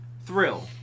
thrill